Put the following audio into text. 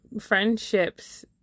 friendships